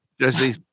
Jesse